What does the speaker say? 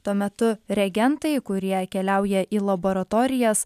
tuo metu reagentai kurie keliauja į laboratorijas